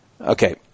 Okay